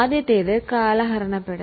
ആദ്യത്തേത് കാലപ്പഴക്കം